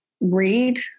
read